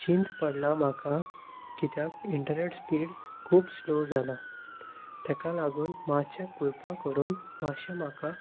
चिंत पडलां म्हाका कित्याक इंटरनेट स्पीड खूब स्लो जालां ताका लागून मातशें कृपा करून मातशें म्हाका